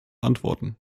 antworten